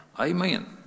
Amen